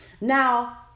Now